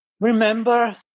remember